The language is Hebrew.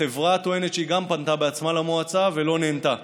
החברה טוענת שהיא גם פנתה בעצמה למועצה ולא נענתה,